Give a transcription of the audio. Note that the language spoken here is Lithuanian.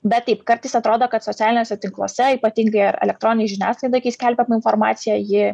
bet taip kartais atrodo kad socialiniuose tinkluose ypatingai elektroninei žiniasklaidai kai skelbiama informacija ji